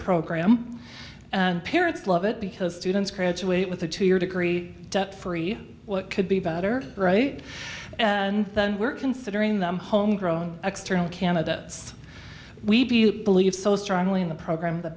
program and parents love it because students graduate with a two year degree debt free what could be better right and we're considering them homegrown external candidates we believe so strongly in the program